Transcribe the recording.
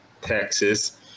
Texas